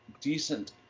decent